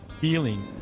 feeling